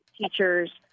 teachers